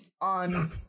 on